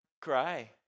cry